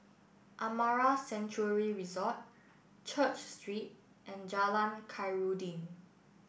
Amara Sanctuary Resort Church Street and Jalan Khairuddin